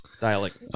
dialect